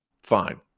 Fine